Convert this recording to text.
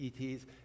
ETs